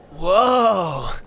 Whoa